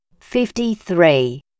fifty-three